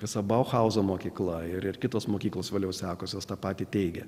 esama chaoso mokykla ir kitos mokyklos valios sakiusios tą patį teigia